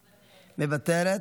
מוותרת,